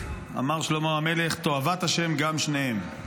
אמר שלמה המלך, "תועבת ה' גם שניהם".